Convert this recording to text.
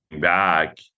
back